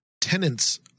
tenants